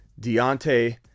Deontay